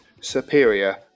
superior